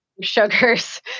sugars